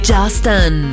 Justin